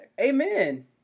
Amen